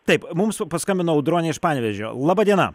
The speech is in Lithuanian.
taip mums paskambino audronė iš panevėžio laba diena